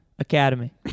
Academy